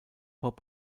hop